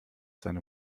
seine